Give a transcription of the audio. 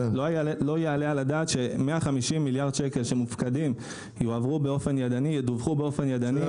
לא יעלה על הדעת ש-150 מיליארד שקל שמופקדים יועברו וידווחו באופן ידני,